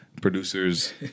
Producers